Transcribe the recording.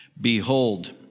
behold